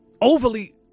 overly